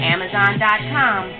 Amazon.com